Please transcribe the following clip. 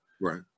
right